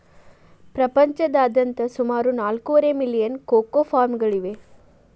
ಪ್ರಪಂಚದಾದ್ಯಂತ ಸುಮಾರು ನಾಲ್ಕೂವರೆ ಮಿಲಿಯನ್ ಕೋಕೋ ಫಾರ್ಮ್ಗಳಿವೆ